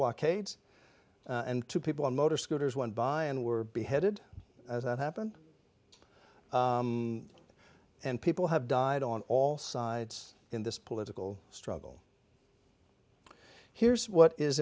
blockades and two people on motor scooters went by and were beheaded as that happened and people have died on all sides in this political struggle here's what is